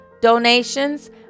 donations